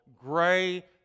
Gray